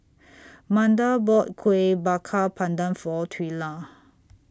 Manda bought Kueh Bakar Pandan For Twila